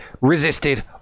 resisted